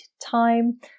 time